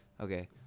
Okay